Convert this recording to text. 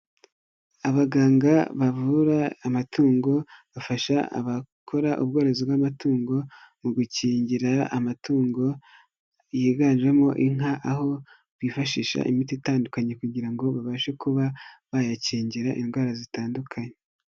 Abaganga bavura amatungo bafasha abakora ubworozi bw'amatungo mu gukingira amatungo yiganjemo inka aho bifashisha imiti itandukanye kugira ngo babashe kuba bayakingira indwara zitandukanye.